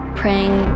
praying